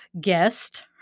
guest